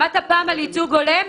שמעת פעם על ייצוג הולם?